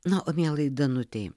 na o mielai danutei